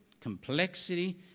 complexity